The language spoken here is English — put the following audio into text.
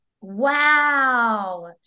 Wow